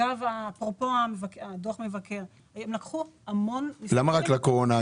אפרופו דוח המבקר -- למה רק לקורונה?